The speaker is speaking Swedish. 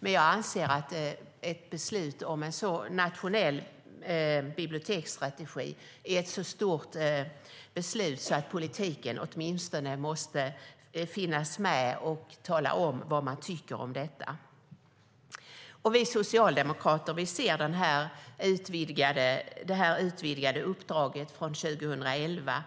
Men jag anser att ett beslut om en nationell biblioteksstrategi är ett så stort beslut att politikerna åtminstone måste finnas med och tala om vad man tycker om detta. Vi socialdemokrater ser det utvidgade uppdraget från 2011